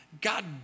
God